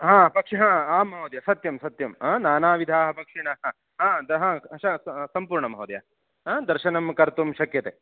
हा पक्षी हा आं महोदय सत्यं सत्यं नानाविध पक्षिणः हा दः श सम्पूर्णं महोदय दर्शनं कर्तुं शक्यते